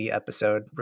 episode